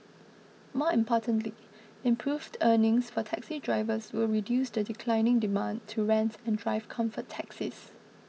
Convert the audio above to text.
more importantly improved earnings for taxi drivers will reduce the declining demand to rent and drive Comfort taxis